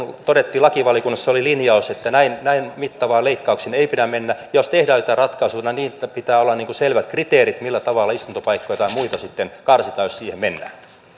todettiin lakivaliokunnassa linjaus että näin näin mittaviin leikkauksiin ei pidä mennä ja jos tehdään joitain ratkaisuja pitää olla selvät kriteerit siitä millä tavalla istuntopaikkoja tai muita sitten karsitaan jos siihen mennään